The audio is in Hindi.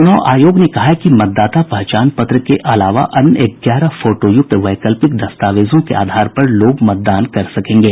च्रनाव आयोग ने कहा है कि मतदाता पहचान पत्र के अलावा अन्य ग्यारह फोटोयुक्त वैकल्पिक दस्तावेजों के आधार पर लोग मतदान कर सकेंगे